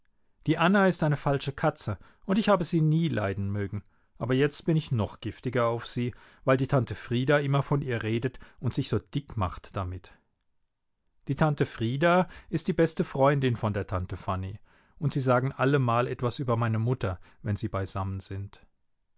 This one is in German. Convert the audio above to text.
die anna ist eine falsche katze und ich habe sie nie leiden mögen aber jetzt bin ich noch giftiger auf sie weil die tante frieda immer von ihr redet und sich so dick macht damit die tante frieda ist die beste freundin von der tante fanny und sie sagen allemal etwas über meine mutter wenn sie beisammen sind